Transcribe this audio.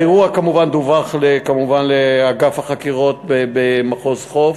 האירוע כמובן דווח לאגף החקירות במחוז חוף,